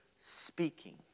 speaking